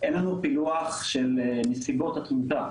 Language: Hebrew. אין לנו פילוח של נסיבות התמותה,